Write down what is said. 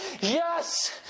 yes